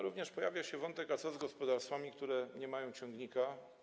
Również pojawia się wątek, co z gospodarstwami, które nie mają ciągnika.